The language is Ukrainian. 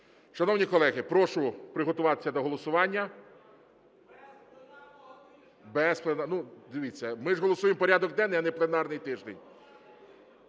Шановні колеги, прошу приготуватися до голосування. (Шум у залі) Дивіться, ми ж голосуємо порядок денний, а не пленарний тиждень.